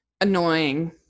annoying